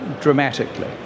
dramatically